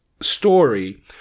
story